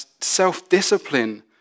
self-discipline